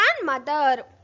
grandmother